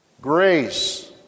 grace